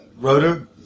Rotor